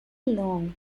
long